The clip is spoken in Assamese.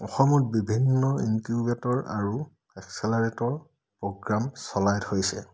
অসমত বিভিন্ন ইনকিউবেটৰ আৰু এক্সেলাৰেটৰ প্ৰগ্ৰাম চলাই থৈছে